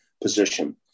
position